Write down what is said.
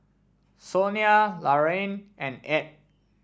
Sonia Laraine and Edd